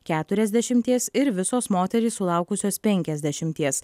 keturiasdešimties ir visos moterys sulaukusios penkiasdešimties